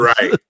Right